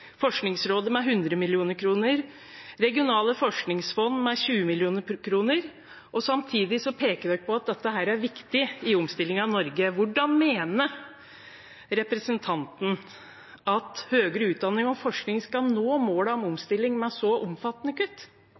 Forskningsrådet med 100 mill. kr, til regionale forskningsfond med 20 mill. kr. Samtidig peker dere på at dette er viktig i omstillingen av Norge. Hvordan mener representanten at man skal nå målet om omstilling med så omfattende kutt